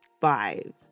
five